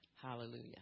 Hallelujah